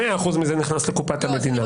100% מזה נכנס לקופת המדינה.